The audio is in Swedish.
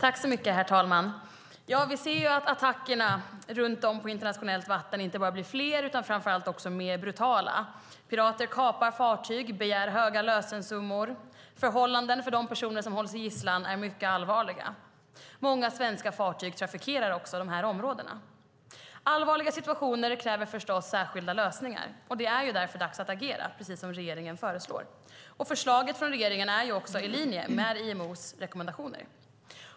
Herr talman! Vi ser att attackerna runt om på internationellt vatten inte bara blir fler utan framför allt mer brutala. Pirater kapar fartyg och begär höga lösesummor. Förhållandena för de personer som hålls som gisslan är mycket allvarliga. Många svensk fartyg trafikerar också dessa områden. Allvarliga situationer kräver förstås särskilda lösningar. Det är därför dags att agera, precis som regeringen föreslår. Förslaget från regeringen är också i linje med IMO:s rekommendationer.